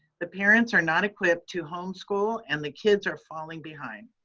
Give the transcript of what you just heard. the parents are not equipped to homeschool and the kids are falling behind.